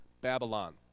Babylon